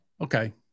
okay